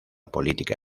política